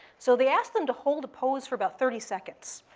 so they asked them to hold a pose for about thirty seconds.